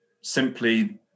simply